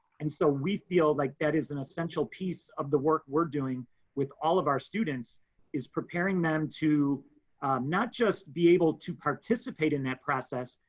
and so we feel like that is an essential piece of the work we're doing with all of our students is preparing them to not just be able to participate in that process,